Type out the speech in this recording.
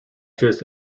just